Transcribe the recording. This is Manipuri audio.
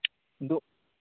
ꯑꯗꯨ